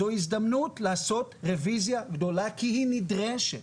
זו הזדמנות לעשות רוויזיה גדולה כי היא נדרשת.